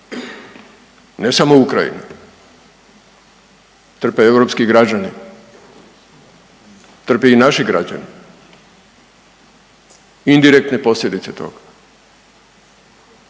ne samo Ukrajina, trpe europski građani, trpe i naši građani indirektne posljedice toga.